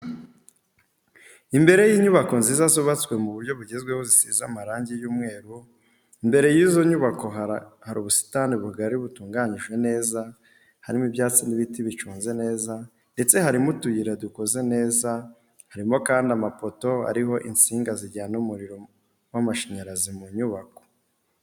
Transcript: Imbere y'inyubako nziza zubatswe mu buryo bugezweho zisize amarangi y'umweru imbere y'izo nyubako hari ubusitani bugari butunganyijwe neza, harimo ibyatsi n'ibiti biconze neza ndetse harimo utuyira dukoze neza, harimo kandi amapoto ariho insinga zijyana umuriro w'amashanyarazi mu nyubako.